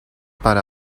para